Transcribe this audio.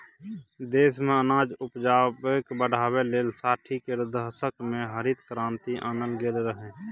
देश मे अनाज उपजाकेँ बढ़ाबै लेल साठि केर दशक मे हरित क्रांति आनल गेल रहय